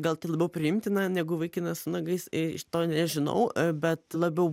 gal tai labiau priimtina negu vaikinas su nagais iš to nežinau bet labiau